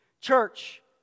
Church